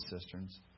cisterns